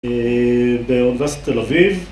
באוניברסיטת תל אביב.